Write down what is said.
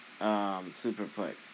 superplex